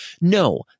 No